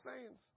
sayings